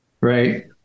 right